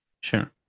sure